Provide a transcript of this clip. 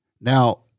Now